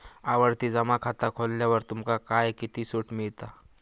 आवर्ती जमा खाता खोलल्यावर तुमका काय किती सूट मिळता?